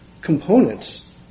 components